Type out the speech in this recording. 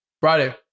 Friday